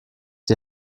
die